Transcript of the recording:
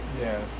Yes